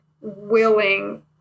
willing